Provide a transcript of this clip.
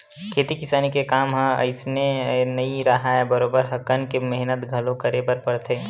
खेती किसानी के काम ह अइसने नइ राहय बरोबर हकन के मेहनत घलो करे बर परथे